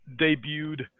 debuted